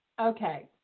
Okay